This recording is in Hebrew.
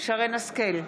שרן מרים השכל,